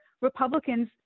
Republicans